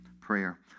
prayer